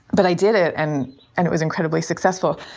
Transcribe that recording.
but i did it and and it was incredibly successful.